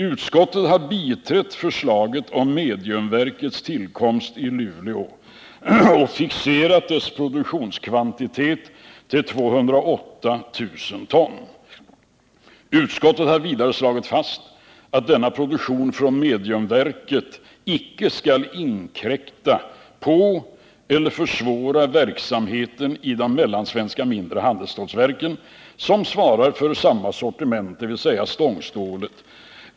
Utskottet har biträtt förslaget om mediumverkets tillkomst i Luleå och fixerat dess produktionskvantitet till 208 000 ton. Utskottet har vidare slagit fast att denna produktion från mediumverket icke skall inkräkta på eller försvåra verksamheten vid de mellansvenska mindre handelsstålverken, som svarar för samma sortiment, dvs. stångstål.